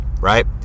right